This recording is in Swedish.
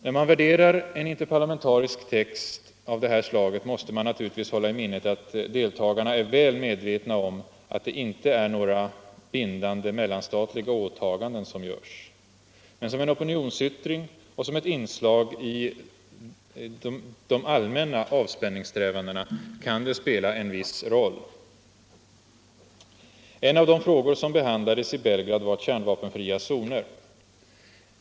När man värderar en interparlamentarisk text av det här slaget måste man naturligtvis hålla i minnet att deltagarna är väl medvetna om att det inte är några bindande mellanstatliga åtaganden som görs. Men som en opinionsyttring och som ett inslag i de allmänna avspänningssträvandena kan den spela en viss roll. En av de frågor som behandlades i Belgrad var kärnvapenfria zoner.